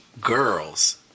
girls